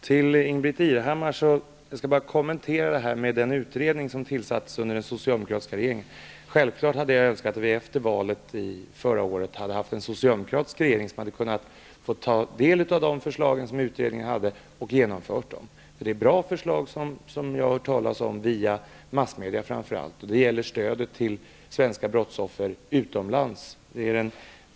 Fru talman! Jag skall kommentera den utredning som tillsattes under den socialdemokratiska regeringen. Självfallet hade jag önskat att vi efter valet förra året hade haft en socialdemokratisk regering, som hade kunnat få ta del av utredningens förslag och genomföra dem. Jag har nämligen, framför allt via massmedia, hört talas om bra förslag. Av dessa är den i mitt tycke viktigaste frågan stödet till svenska brottsoffer utomlands.